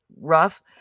rough